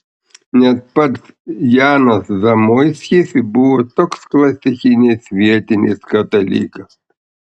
net pats janas zamoiskis buvo toks klasikinis vietinis katalikas